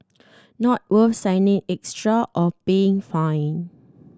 not worth signing extra or paying fine